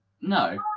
No